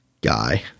guy